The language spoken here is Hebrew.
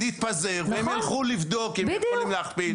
ונתפזר, והם ילכו לבדוק אם הם יכולים להכפיל.